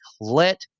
Let